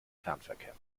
fernverkehr